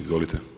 Izvolite.